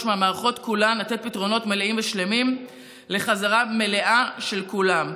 מהמערכות כולן לתת פתרונות מלאים ושלמים לחזרה מלאה של כולם.